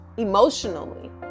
emotionally